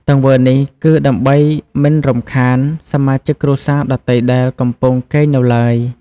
ទង្វើនេះគឺដើម្បីមិនរំខានសមាជិកគ្រួសារដទៃដែលកំពុងគេងនៅឡើយ។